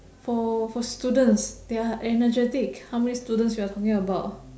for for students they are energetic how many students you are talking about